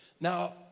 Now